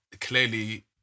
clearly